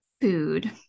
food